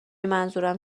منظورم